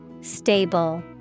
Stable